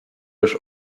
już